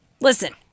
Listen